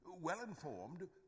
well-informed